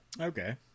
Okay